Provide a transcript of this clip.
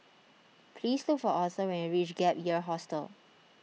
please look for Aurthur when you reach Gap Year Hostel